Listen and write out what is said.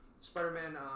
Spider-Man